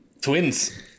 Twins